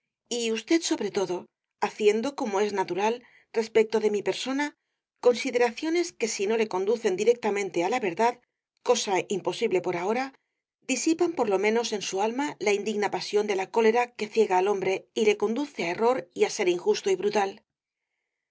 y usted sobre todo haciendo como es natural respecto de mi persona consideraciones que si no le conducen directamente á la verdad cosa imposible por ahora disipan por lo menos en su alma la indigna pasión de la cólera que ciega al hombre y le induce á error y á ser injusto y brutal con